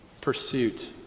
Pursuit